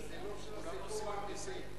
זה סילוף של הסיפור האמיתי.